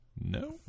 No